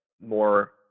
more